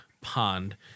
pond